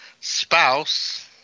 spouse